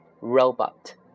Robot